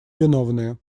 виновные